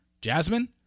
Jasmine